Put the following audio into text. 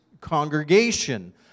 congregation